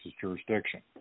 jurisdiction